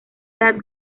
edad